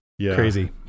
crazy